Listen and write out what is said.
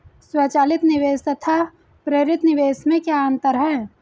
स्वचालित निवेश तथा प्रेरित निवेश में क्या अंतर है?